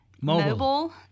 Mobile